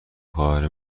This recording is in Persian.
خواهر